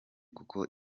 kuko